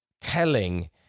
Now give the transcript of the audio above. telling